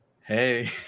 Hey